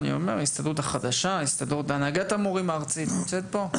הנהגת ההורים הארצית נמצאת פה?